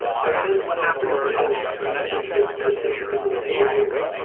so then what happens is the message gets persisted into the database.